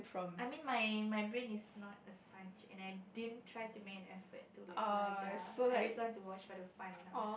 I mean my my brain is not a sponge and I didn't try to make an effort to like blanch I just want want to watch for the fun now